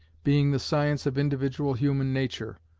being the science of individual human nature,